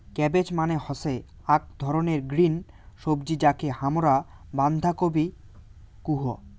cabbage মানে হসে আক ধরণের গ্রিন সবজি যাকে হামরা বান্ধাকপি কুহু